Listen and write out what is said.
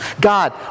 God